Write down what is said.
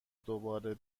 دوباره